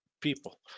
people